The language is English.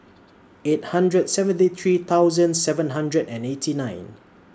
eight hundred and seventy three thousand seven hundred and eighty nine